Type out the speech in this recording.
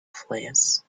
fleas